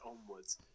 onwards